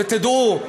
ותדעו,